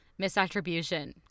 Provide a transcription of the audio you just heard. Misattribution